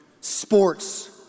sports